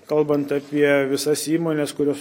kalbant apie visas įmones kurios